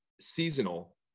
seasonal